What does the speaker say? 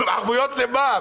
ערבות למה?